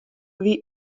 wie